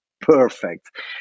perfect